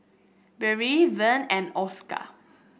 Brielle Vern and Oscar